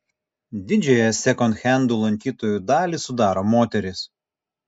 didžiąją sekondhendų lankytojų dalį sudaro moterys